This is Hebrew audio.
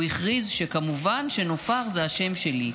הוא הכריז שכמובן שנופר זה השם שלי.